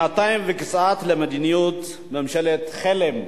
שנתיים וקצת למדיניות ממשלת חלם.